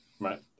right